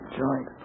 joint